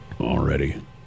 already